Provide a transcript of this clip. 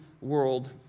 world